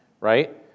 right